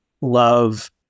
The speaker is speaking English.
love